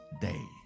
day